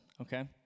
okay